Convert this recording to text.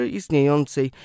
istniejącej